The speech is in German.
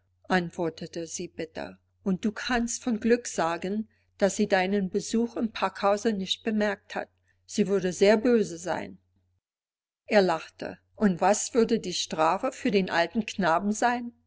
antwortete sie bitter und du kannst von glück sagen daß sie deinen besuch im packhause nicht bemerkt hat sie würde sehr böse sein er lachte und was würde die strafe für den alten knaben sein